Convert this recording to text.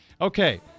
Okay